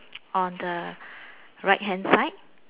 on the right hand side